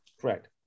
Correct